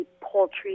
poultry